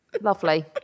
Lovely